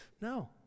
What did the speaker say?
No